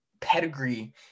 pedigree